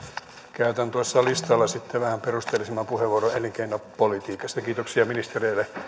käytän tuossa listalla sitten vähän perusteellisemman puheenvuoron elinkeinopolitiikasta kiitoksia ministereille